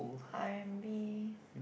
R and B